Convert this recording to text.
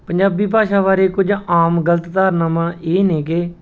ਪੰਜਾਬੀ ਭਾਸ਼ਾ ਬਾਰੇ ਕੁਝ ਆਮ ਗਲਤ ਧਾਰਨਾਵਾਂ ਇਹ ਨੇਗੇ